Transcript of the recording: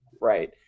right